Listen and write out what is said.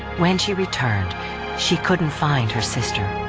when she returned she couldn't find her sister.